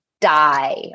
die